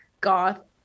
goth